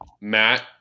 Matt